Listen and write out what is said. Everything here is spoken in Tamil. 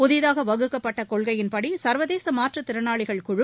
புதிதாக வகுக்கப்பட்ட கொள்கையின்படி சா்வதேச மாற்றுத்திறனாளிகள் குழு